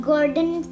Gordon